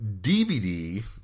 DVD